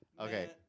Okay